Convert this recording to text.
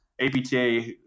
APTA